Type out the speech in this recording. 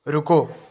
ਰੁਕੋ